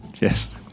yes